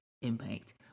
impact